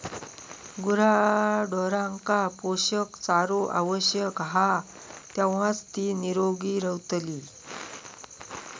गुराढोरांका पोषक चारो आवश्यक हा तेव्हाच ती निरोगी रवतली